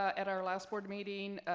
at our last board meeting,